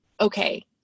okay